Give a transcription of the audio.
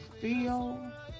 feel